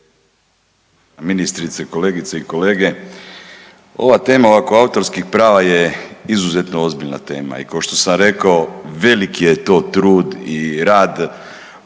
Ministrice, kolegice i kolege. Ova tema oko autorskih prava je izuzetno ozbiljna tema i kao što sam rekao velik je to trud i rad,